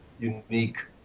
unique